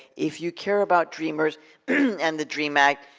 if you care about dreamers and the dream act,